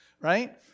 right